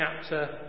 chapter